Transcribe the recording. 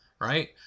right